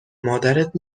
مادرت